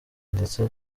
ndetse